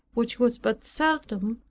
which was but seldom,